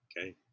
Okay